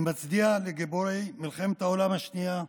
אני מצדיע לגיבורי מלחמת העולם השנייה,